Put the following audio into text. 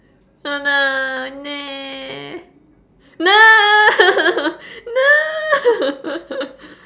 oh no no no no